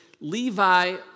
Levi